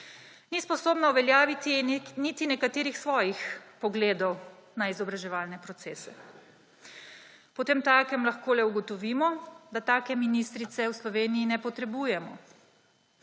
Ni sposobna uveljaviti niti nekaterih svojih pogledov na izobraževalne procese. Potemtakem lahko le ugotovimo, da take ministrice v Sloveniji ne potrebujemo.